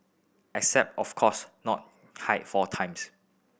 except of course not hike four times